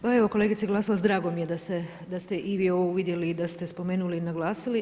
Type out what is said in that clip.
Pa evo, kolegice Glasovac, drago mi je da ste i vi ovo uvidjeli i da ste spomenuli i naglasili.